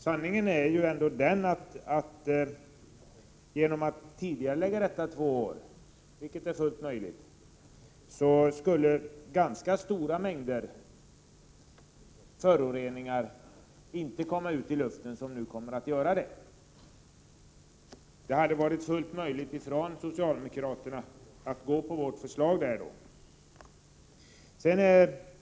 Sanningen är ju ändå den, att genom att tidigarelägga detta två år — vilket är fullt möjligt — skulle man förhindra ganska stora mängder föroreningar att komma ut i luften som nu kommer att göra det.